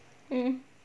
mm